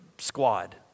squad